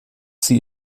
sie